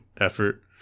effort